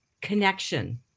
connection